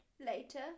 later